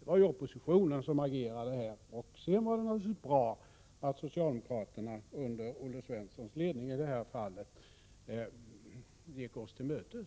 Det var oppositionen som agerade, och sedan var det naturligtvis bra att socialdemokraterna under Olle Svenssons ledning gick oss till mötes.